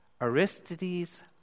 Aristides